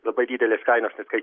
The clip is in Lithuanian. labai didelės kainos nes kai